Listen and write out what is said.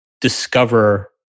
discover